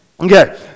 Okay